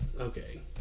okay